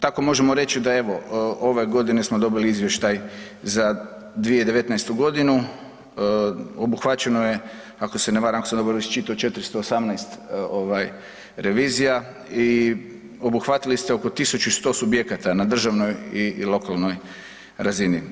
Tako možemo reći da evo, ove godine smo dobili izvještaj za 2019. g., obuhvaćeno je ako se ne varam, ako sam dobro iščitao, 418 revizija i obuhvatili ste oko 1100 subjekata na državnoj i lokalnoj razini.